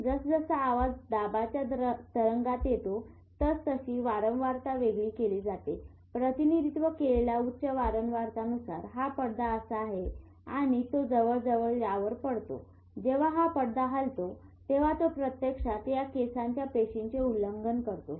जसा जसा आवाज दाबाच्या तरंगात येतो तसतशी वारंवारता वेगळी केली जाते प्रतिनिधित्व केलेल्या उच्च वारंवारता नुसार हा पडदा असा आहे आणि तो जवळजवळ यावर पडतो जेव्हा हा पडदा हलतो तेव्हा तो प्रत्यक्षात या केसांच्या पेशींचे उल्लंघन करतो